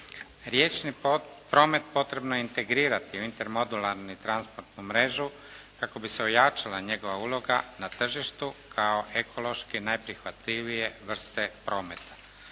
Riječni promet potrebno je integrirati u intermodularnu i transportnu mrežu kako bi se ojačala njegova uloga na tržištu kao ekološki najprihvatljivije vrste prometa.